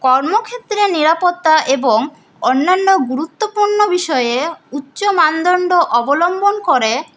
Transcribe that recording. কর্মক্ষেত্রে নিরাপত্তা এবং অন্যান্য গুরুত্বপূর্ণ বিষয়ে উচ্চ মানদণ্ড অবলম্বন করে